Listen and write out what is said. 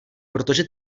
protože